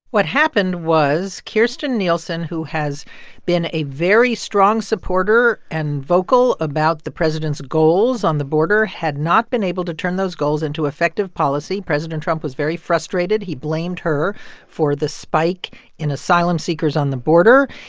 what happened was kirstjen nielsen, who has been a very strong supporter and vocal about the president's goals on the border, had not been able to turn those goals into effective policy. president trump was very frustrated. he blamed her for the spike in asylum-seekers on the border.